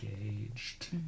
engaged